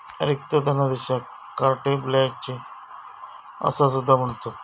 रिक्त धनादेशाक carte blanche असा सुद्धा म्हणतत